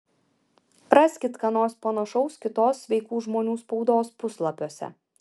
raskit ką nors panašaus kitos sveikų žmonių spaudos puslapiuose